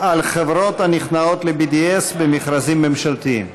על חברות הנכנעות ל-BDS במכרזים ממשלתיים.